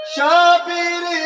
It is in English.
Shabir